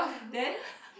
then